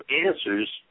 answers